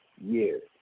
years